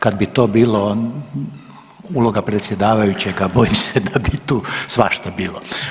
Kad bi to bilo uloga predsjedavajućega, bojim se da bi tu svašta bilo.